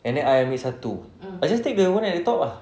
and then I ambil satu I just take the one at the top ah